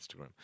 Instagram